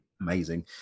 Amazing